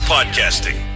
podcasting